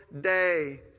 day